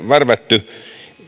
värvätty